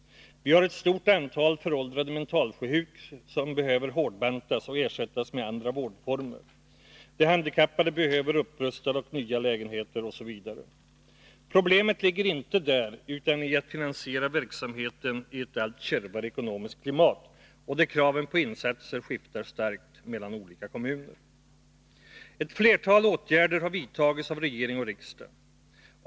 Vi har ett stort antal föråldrade mentalsjukhus som behöver ”hårdbantas” och ersättas med andra vårdformer. De handikappade behöver upprustade och nya lägenheter osv. Problemet ligger inte där utan i finansiering av verksamhetenii ett allt kärvare ekonomiskt klimat, där kraven på insatser skiftar starkt mellan olika kommuner. Ett flertal åtgärder har vidtagits av regering och riksdag.